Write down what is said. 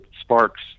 sparks